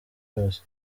yose